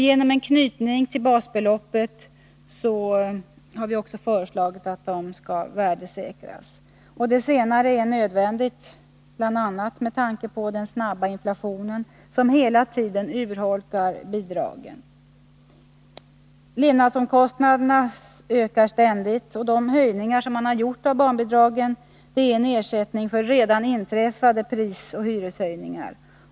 Genom en knytning till basbeloppet skulle de också komma att värdesäkras. Det senare är nödvändigt bl.a. med tanke på den snabba inflationen, som hela tiden urholkar bidragen. Levnadskostnaderna ökar ständigt, och de höjningar som gjorts av barnbidragen är en ersättning för redan inträffade prisoch hyreshöjningar.